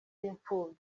b’imfubyi